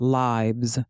lives